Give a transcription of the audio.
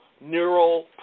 neural